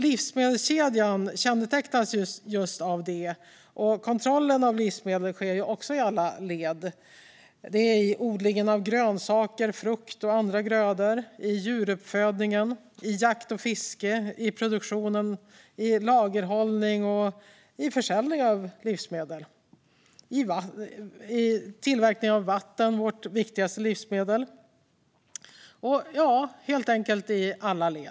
Livsmedelskedjan kännetecknas av just det, och kontrollen av livsmedel sker också i alla led: i odlingen av grönsaker, frukt och andra grödor, i djuruppfödningen, i jakt och fiske, i lagerhållning och försäljning av livsmedel och i produktionen av vatten, som ju är vårt viktigaste livsmedel.